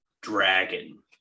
dragon